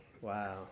Wow